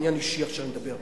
עניין אישי אני מדבר,